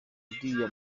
uriya